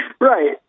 right